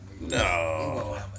No